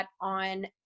on